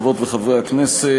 חברות וחברי הכנסת,